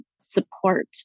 support